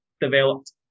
developed